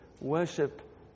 Worship